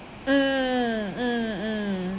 mm mm mm